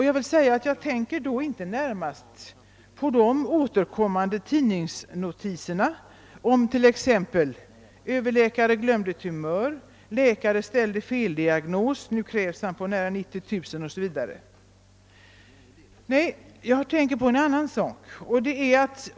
Jag tänker då inte närmast på återkommande tidningsnotiser om t.ex. »Överläkare glömde tumör» ——— »Läkare ställde feldiagnos nu krävs han på nära 90 000» o. s. v. Nej, jag tänker på en annan sak.